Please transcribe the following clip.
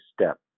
step